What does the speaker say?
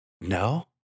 No